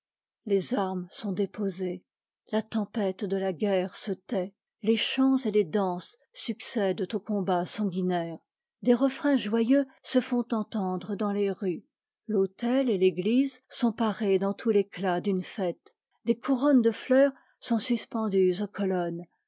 les armes sont déposées la tempête de la guerre se tait les chants et les danses succèdent aux combats sanguinaires des refrains joyeux se font entendre dans les rues l'autel et l'église sont parés dans tout t'éctat d'une fête des coun ronnes de fleurs sont suspendues aux colonnes